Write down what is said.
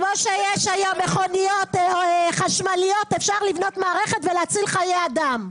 כמו שיש היום מכוניות חשמליות אפשר לבנות מערכת ולהציל חיי אדם.